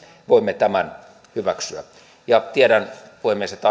voimme tämän hyväksyä tiedän puhemies että